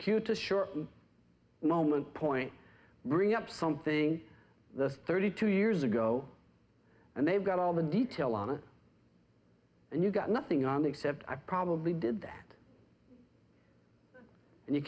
to shorten moment point ring up something the thirty two years ago and they've got all the detail on it and you've got nothing on except i probably did that and you